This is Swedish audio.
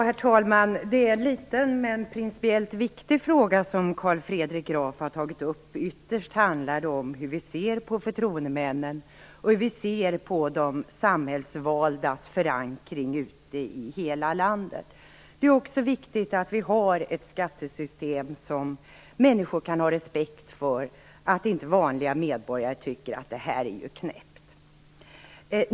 Herr talman! Det är en liten, men principiellt viktig fråga som Carl Fredrik Graf har tagit upp. Ytterst handlar det om hur vi ser på förtroendemännen och hur vi ser på de samhällsvaldas förankring ute i hela landet. Det är också viktigt att vi har ett skattesystem som människor kan ha respekt för. Det är viktigt att vanliga medborgare inte tycker att det är knäppt.